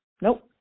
Nope